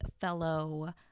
fellow